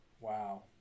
Wow